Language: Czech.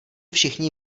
všichni